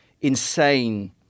insane